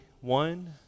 One